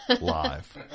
Live